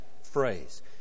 Phrase